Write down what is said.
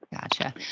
Gotcha